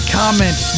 comment